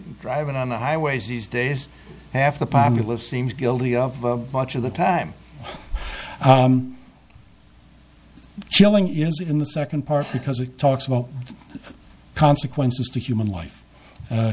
driving on the highways these days half the populace seems guilty of a bunch of the time chilling is in the second part because it talks about consequences to human life